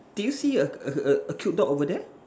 did you see a a a a cute dog over there